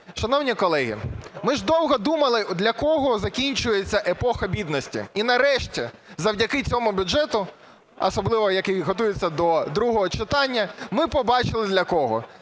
Шановні колеги, ми ж довго думали, для кого закінчується епоха бідності, і нарешті, завдяки цьому бюджету, а особливо який готується до другого читання, ми побачили для кого